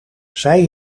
zij